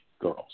girls